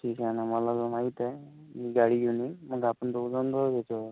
ठीक आहे नं मला तर माहित आहे मी गाडी घेऊन येईन मग आपण दोघं जाऊन बघू तो